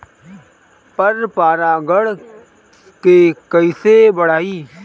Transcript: पर परा गण के कईसे बढ़ाई?